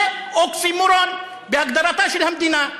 זה אוקסימורון בהגדרתה של המדינה.